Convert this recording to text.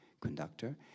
conductor